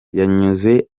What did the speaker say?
yanyuze